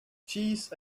cheese